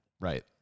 Right